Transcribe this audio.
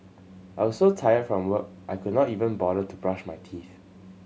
I was so tired from work I could not even bother to brush my teeth